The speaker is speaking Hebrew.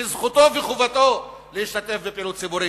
ושזכותו וחובתו להשתתף בפעילות ציבורית.